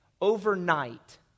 overnight